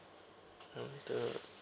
mm mm